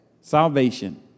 salvation